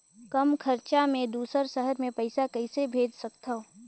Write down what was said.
कम खरचा मे दुसर शहर मे पईसा कइसे भेज सकथव?